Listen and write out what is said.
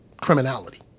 criminality